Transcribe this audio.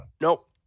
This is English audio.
Nope